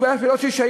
יש בעיה של שלטון.